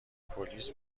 پلیس